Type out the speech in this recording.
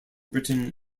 britain